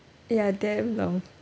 ya damn long